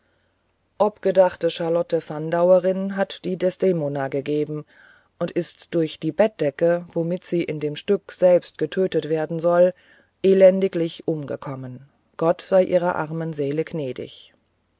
fort obgedachte charlotte fandauerin hat die desdemona gegeben und ist durch die bettdecke womit sie in dem stücke selbst getötet werden soll elendiglich umgekommen gott sei ihrer armen seele gnädig